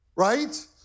Right